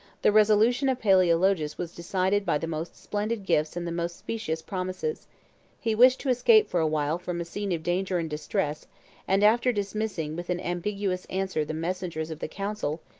the resolution of palaeologus was decided by the most splendid gifts and the most specious promises he wished to escape for a while from a scene of danger and distress and after dismissing with an ambiguous answer the messengers of the council,